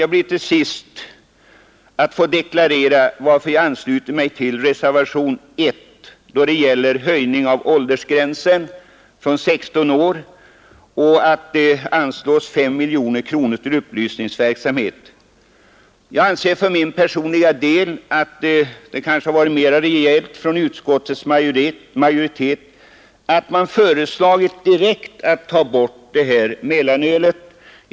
Jag vill till sist deklarera varför jag anslutit mig till reservationen 1 då det gäller höjning av åldersgränsen från 16 till 18 år och till att det anslås 5 miljoner kronor till upplysningsverksamhet. Jag anser för min personliga del att det kanske hade varit mest rejält av utskottsmajoriteten att föreslå ett direkt borttagande av mellanölet.